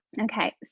Okay